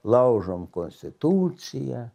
laužom konstituciją